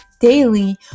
daily